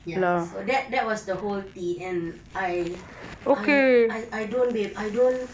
ya so that that was the whole thing and I I I don't babe I don't